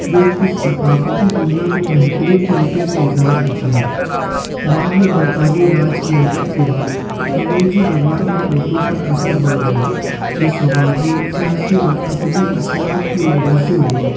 جو اس کی ثقافتی دنیا کو بہترین طریقے سے اظہار دیتا ہے بعد میں برطانوی راج کی آمد کے بعد انگریزی زبان کا اردو پر اثر بڑھ گیا جو سماجی سیاسی اور ادبی اثرات کی وجہ سے ہوا